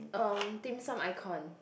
um dimsum icon